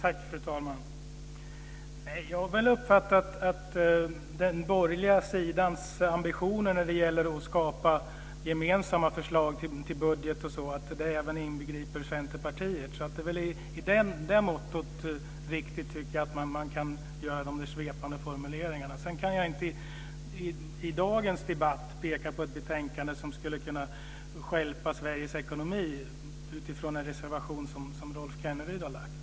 Fru talman! Jag har uppfattat att den borgerliga sidans ambitioner när det gäller att skapa gemensamma förslag till budget även inbegriper Centerpartiet. I så måtto är det riktigt att man kan göra dessa svepande formuleringar. Sedan kan jag inte i dagens debatt peka på ett betänkande som skulle kunna stjälpa Sveriges ekonomi utifrån en reservation som Rolf Kenneryd har avgett.